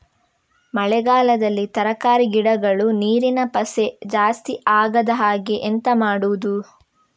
ಮಳೆಗಾಲದಲ್ಲಿ ತರಕಾರಿ ಗಿಡಗಳು ನೀರಿನ ಪಸೆ ಜಾಸ್ತಿ ಆಗದಹಾಗೆ ಎಂತ ಮಾಡುದು?